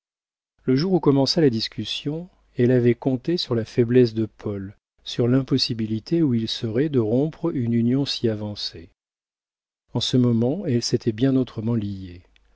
le jour où commença la discussion elle avait compté sur la faiblesse de paul sur l'impossibilité où il serait de rompre une union si avancée en ce moment elle s'était bien autrement liée